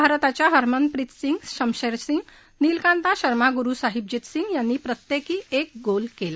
भारताच्या हरमन प्रीत सिंग शमशेर सिंग निलकांता शर्मा गुरुसाहिबजीत सिंग यांनी प्रत्येकी एक गोल केला